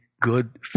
good